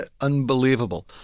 unbelievable